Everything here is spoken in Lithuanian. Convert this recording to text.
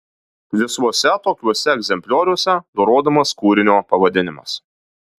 visuose tokiuose egzemplioriuose nurodomas kūrinio pavadinimas